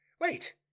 Wait